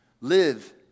Live